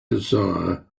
desire